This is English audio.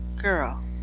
Girl